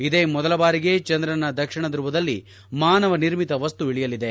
ಇದೇ ಮೊದಲ ಬಾರಿಗೆ ಚಂದ್ರನ ದಕ್ಷಿಣ ಧುವದಲ್ಲಿ ಮಾನವ ನಿರ್ಮಿತ ವಸ್ತು ಇಳಿಯಲಿದೆ